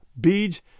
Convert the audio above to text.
beads